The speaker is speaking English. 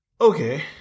Okay